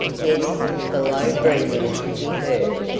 yes the low breathing could be heard,